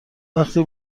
وقتی